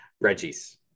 reggie's